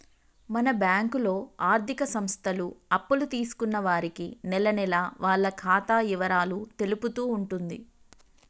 మన బ్యాంకులో ఆర్థిక సంస్థలు అప్పులు తీసుకున్న వారికి నెలనెలా వాళ్ల ఖాతా ఇవరాలు తెలుపుతూ ఉంటుంది